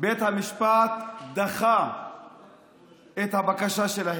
בית המשפט דחה את הבקשה שלהם.